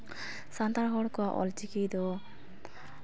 ᱥᱟᱱᱛᱟᱲ ᱦᱚᱲ ᱠᱚᱣᱟᱜ ᱚᱞᱪᱤᱠᱤ ᱫᱚ